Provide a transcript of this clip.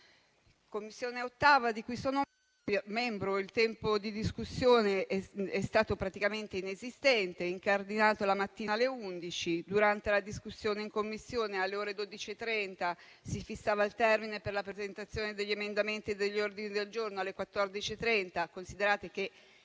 Commissione, di cui sono membro, il tempo di discussione è stato praticamente inesistente: incardinato la mattina alle 11, durante la discussione in Commissione, alle ore 12,30, si fissava il termine per la presentazione degli emendamenti e degli ordini del giorno alle ore 14,30 - considerate che